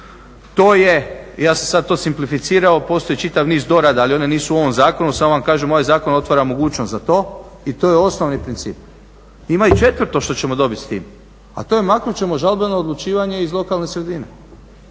Ja sam to sada simplificirao postoji čitav niz dorada ali one nisu u ovom zakonu, samo vam kažem ovaj zakon otvara mogućnost za to i to je osnovni princip. Ima i 4.što ćemo dobiti s tim, a to je maknut ćemo žalbeno odlučivanje iz lokalne sredine